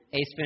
Ace